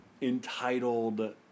entitled